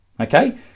okay